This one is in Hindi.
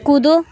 कूदो